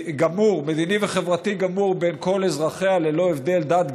מדיני וחברתי גמור בין כל אזרחיה ללא הבדל דת,